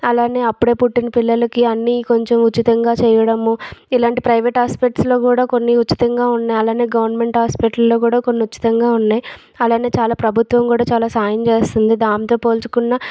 అలానే అప్పుడే పుట్టిన పిల్లలకి అన్నీ కొంచెం ఉచితంగా చేయడము ఇలాంటి ప్రైవేట్ హాస్పిటల్స్లో కూడా కొన్ని ఉచితంగా ఉండాలని గవర్నమెంట్ హాస్పిటల్ లో కూడా కొన్ని ఉచితంగా ఉన్నాయి అలానే చాలా ప్రభుత్వం కూడా చాలా సాయం చేస్తుంది దాంతో పోల్చుకున్న